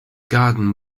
garden